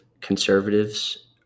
conservatives